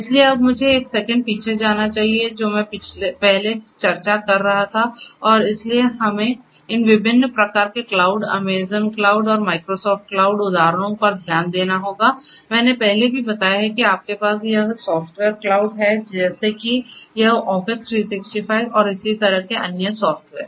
इसलिए अब मुझे एक सेकंड पीछे जाना चाहिए जो मैं पहले चर्चा कर रहा था और इसलिए हमें इन विभिन्न प्रकार के क्लाउड अमेज़ॅन क्लाउड और Microsoft क्लाउड उदाहरणों पर ध्यान देना होगा मैंने पहले भी बताया है कि आपके पास यह सॉफ्टवेयर क्लाउड है जैसे कि यह Office 365 और इसी तरह के अन्य सॉफ्टवेयर